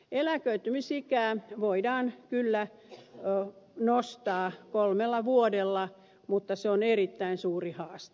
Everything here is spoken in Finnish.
eläköitymisikää voidaan kyllä nostaa kolmella vuodella mutta se on erittäin suuri haaste